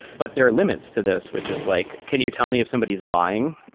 but there are limits to this, which is like can you tell me if somebody's lying?